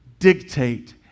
dictate